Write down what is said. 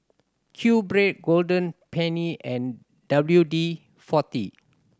QBread Golden Peony and W D Forty